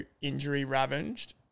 injury-ravaged